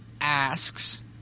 asks